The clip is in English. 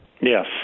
Yes